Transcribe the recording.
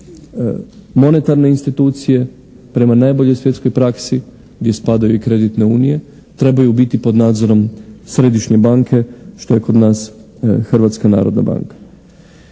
monetarne institucije prema najboljoj svjetskoj praksi gdje spadaju i kreditne unije trebaju biti pod nadzorom središnje banke što je kod nas Hrvatska narodna banka.